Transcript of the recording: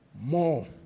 more